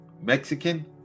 Mexican